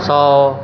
ਸੌ